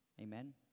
Amen